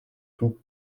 tout